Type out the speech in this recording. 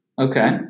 Okay